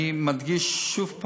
אני מדגיש שוב,